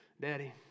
Daddy